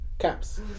Caps